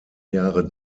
jahre